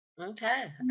okay